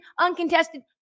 uncontested